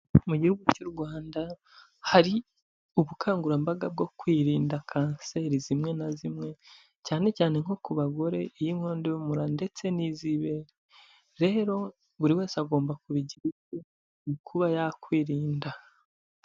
Mu gihugu cy'u Rwanda hari ubukangurambaga bwo kwirinda kanseri zimwe na zimwe cyane cyane nko ku bagore iy'inkondo y'umura ndetse n'iz'ibere, rero buri wese agomba kubigira ibye mu kuba yakwirinda.